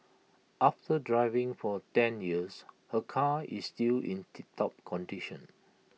after driving for ten years her car is still in tiptop condition